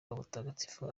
w’abatagatifu